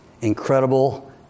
incredible